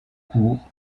court